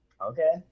Okay